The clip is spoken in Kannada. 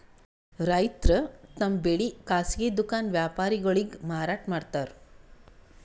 ರೈತರ್ ತಮ್ ಬೆಳಿ ಖಾಸಗಿ ದುಖಾನ್ ವ್ಯಾಪಾರಿಗೊಳಿಗ್ ಮಾರಾಟ್ ಮಾಡ್ತಾರ್